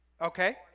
Okay